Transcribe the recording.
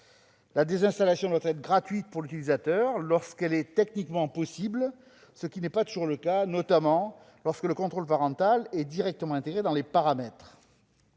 La désinstallation doit être gratuite pour l'utilisateur lorsqu'elle est techniquement possible, ce qui n'est pas toujours le cas, notamment lorsque le contrôle parental est directement intégré dans les paramètres.